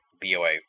BOA